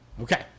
okay